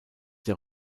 der